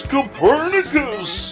Copernicus